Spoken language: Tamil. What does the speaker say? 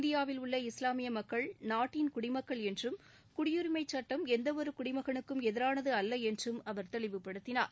இந்தியாவில் உள்ள இஸ்லாமிய மக்கள் நாட்டின் குடிமக்கள் என்றும் குடியுரிமைச் சட்டம் எந்தவொரு குடிமகனுக்கும் எதிரானது அல்ல என்றும் அவர் தெளிவுப்படுத்தினார்